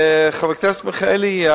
חבר הכנסת מיכאלי,